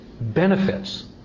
benefits